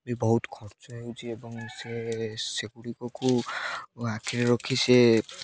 ବି ବହୁତ ଖର୍ଚ୍ଚ ହେଉଛି ଏବଂ ସେ ସେଗୁଡ଼ିକକୁ ଆଖିରେ ରଖି ସେ